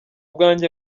bwanjye